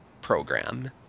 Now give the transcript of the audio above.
program